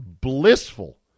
blissful